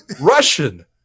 Russian